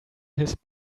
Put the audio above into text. his